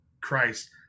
Christ